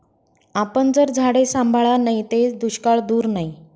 आपन जर झाडे सांभाळा नैत ते दुष्काळ दूर नै